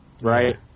right